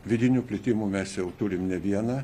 vidinių plitimų mes jau turim ne vieną